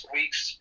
weeks